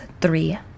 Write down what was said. three